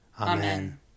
Amen